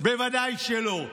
ודאי שלא.